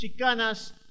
Chicanas